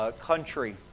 country